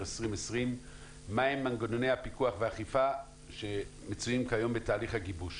2020 מה הם מנגנוני הפיקוח והאכיפה שמצויים כיום בתהליך הגיבוש.